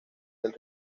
del